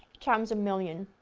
times a million.